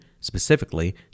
specifically